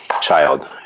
child